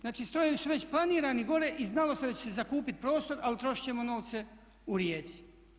Znači, strojevi su već planirani gore i znalo se da će se zakupiti prostor ali trošit ćemo novce u Rijeci.